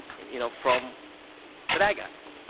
you know, from the bad guys,